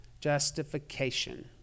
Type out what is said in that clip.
justification